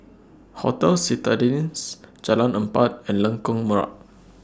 Hotel Citadines Jalan Empat and Lengkok Merak